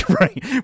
Right